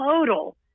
Total